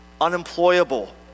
unemployable